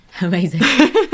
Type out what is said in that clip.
amazing